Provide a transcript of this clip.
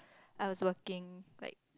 I was working like